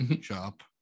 shop